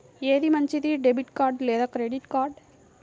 ఏది మంచిది, debit card లేదా క్రెడిట్ కార్డ్?